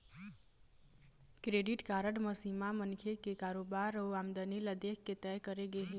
credit card म सीमा मनखे के कारोबार अउ आमदनी ल देखके तय करे गे रहिथे